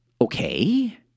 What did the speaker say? okay